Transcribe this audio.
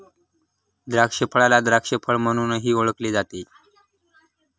द्राक्षफळाला द्राक्ष फळ म्हणूनही ओळखले जाते